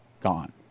gone